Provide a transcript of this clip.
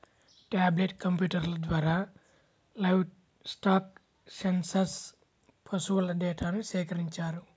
tablet కంప్యూటర్ల ద్వారా livestock census పశువుల డేటాను సేకరించారు